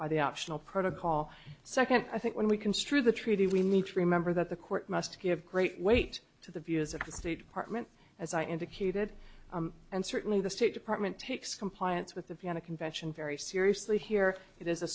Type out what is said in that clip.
by the optional protocol second i think when we construe the treaty we need to remember that the court must give great weight to the views of the state department as i indicated and certainly the state department takes compliance with the vienna convention very seriously here it is a